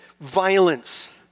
violence